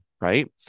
right